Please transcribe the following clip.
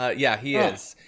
yeah yeah, he is.